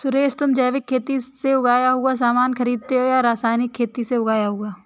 सुरेश, तुम जैविक खेती से उगाया हुआ सामान खरीदते हो या रासायनिक खेती का उगाया हुआ?